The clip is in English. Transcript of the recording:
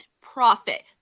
profit